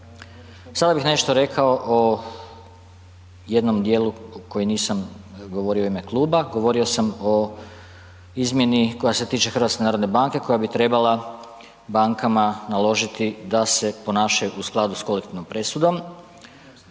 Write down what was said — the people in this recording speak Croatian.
sada bih nešto rekao o jednom djelu koji nisam govorio u ime kluba, govorio sam o izmjeni koja se tiče HNB-a, koja bi trebala bankama naložiti da se ponašaju u skladu sa kolektivnom presudom.